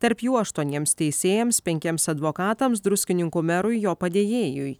tarp jų aštuoniems teisėjams penkiems advokatams druskininkų merui jo padėjėjui